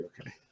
okay